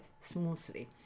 smoothly